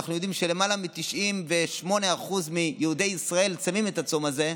שאנחנו יודעים שלמעלה מ-98% מיהודי ישראל צמים את הצום הזה,